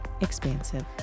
expansive